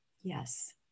Yes